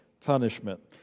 punishment